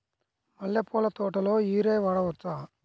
మల్లె పూల తోటలో యూరియా వాడవచ్చా?